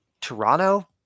Toronto